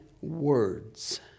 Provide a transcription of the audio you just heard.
Words